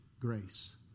grace